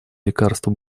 лекарства